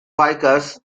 vickers